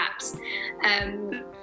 apps